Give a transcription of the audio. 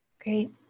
great